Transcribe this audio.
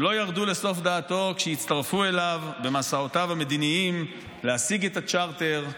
שלא ירדו לסוף דעתו כשהצטרפו אליו במסעותיו המדיניים להשיג את הצ'רטר,